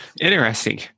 Interesting